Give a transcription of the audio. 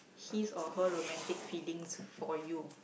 his or her romantic feelings for you